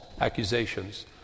accusations